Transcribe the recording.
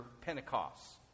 Pentecost